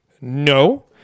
No